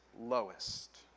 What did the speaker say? lowest